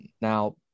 Now